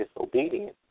disobedient